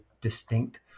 distinct